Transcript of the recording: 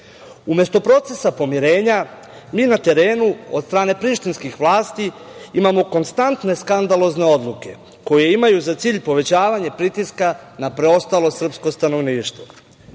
KiM.Umesto procesa pomirenja mi na terenu od strane prištinskih vlasti imamo konstantne skandalozne odluke koje imaju za cilj povećavanje pritiska na preostalo srpsko stanovništvo,